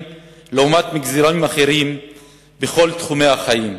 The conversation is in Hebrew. לעומת מגזרים אחרים בכל תחומי החיים.